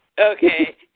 Okay